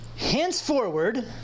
Henceforward